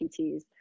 PTs